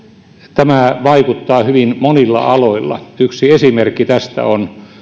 tämä vaikuttaa hyvin monilla aloilla yksi esimerkki tästä on